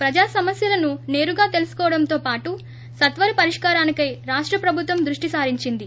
ప్రజా సమస్యలను నేరుగా తెలుసుకోవడంతో పాటు సత్వర పరిష్కారానికై రాష్ట ప్రభుత్వం దృష్టి సారించింది